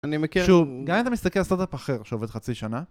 אני מכיר... שוב, גם אם אתה מסתכל על סטארטאפ אחר שעובד חצי שנה...